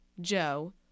Joe